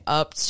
up